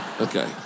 Okay